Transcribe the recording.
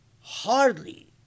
hardly